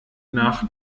nach